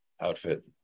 outfit